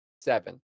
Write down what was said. seven